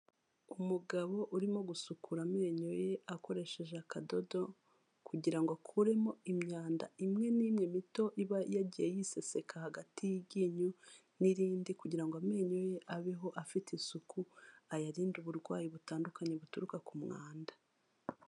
Umugabo urimo gusukura amenyo ye akoresheje akadodo kugira ngo akuremo imyanda imwe n'imwe mito iba yagiye yiseseka hagati y'iryinyo n'irindi, kugira ngo amenyo ye abeho afite isuku ayarinde uburwayi butandukanye buturuka ku mwanda.